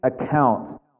account